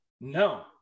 No